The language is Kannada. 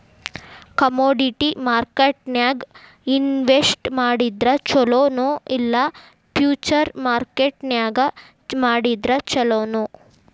ಕಾಮೊಡಿಟಿ ಮಾರ್ಕೆಟ್ನ್ಯಾಗ್ ಇನ್ವೆಸ್ಟ್ ಮಾಡಿದ್ರ ಛೊಲೊ ನೊ ಇಲ್ಲಾ ಫ್ಯುಚರ್ ಮಾರ್ಕೆಟ್ ನ್ಯಾಗ್ ಮಾಡಿದ್ರ ಛಲೊನೊ?